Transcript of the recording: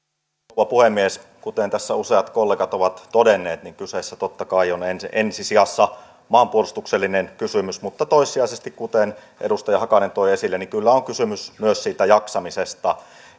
rouva puhemies kuten tässä useat kollegat ovat todenneet niin kyseessä totta kai on ensi sijassa maanpuolustuksellinen kysymys mutta toissijaisesti kuten edustaja hakanen toi esille kyllä on kysymys myös siitä jaksamisesta